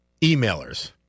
emailers